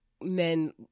men –